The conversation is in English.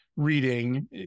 reading